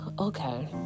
okay